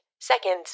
seconds